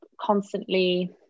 constantly